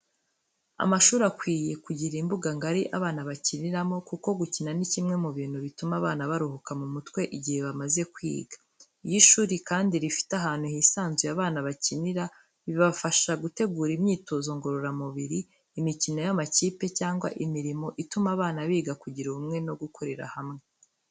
Amashuri akwiye kugira imbuga ngari abana bakiniramo, kuko gukina ni kimwe mu bituma abana baruhuka mu mutwe igihe bamaze kwiga. Iyo ishuri kandi rifite ahantu hisanzuye abana bakinira, bibafasha gutegura imyitozo ngororamubiri, imikino y'amakipe cyangwa imirimo ituma abana biga kugira ubumwe no gukorera hamwe.